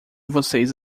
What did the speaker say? vocês